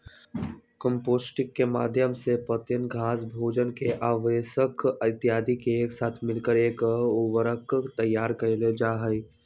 composting के माध्यम से पत्तियन, घास, भोजन के अवशेष इत्यादि के एक साथ मिलाकर एक उर्वरक तैयार कइल जाहई